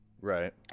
right